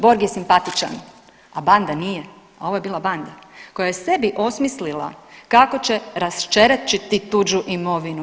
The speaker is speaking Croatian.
Borg je simpatičan, a banda nije, a ovo je bila banda koja je sebi osmislila kako će raščerečiti tuđu imovinu.